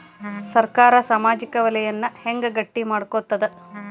ಸರ್ಕಾರಾ ಸಾಮಾಜಿಕ ವಲಯನ್ನ ಹೆಂಗ್ ಗಟ್ಟಿ ಮಾಡ್ಕೋತದ?